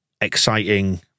exciting